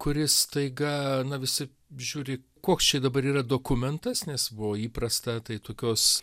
kuris staiga na visi žiūri koks čia dabar yra dokumentas nes buvo įprasta tai tokios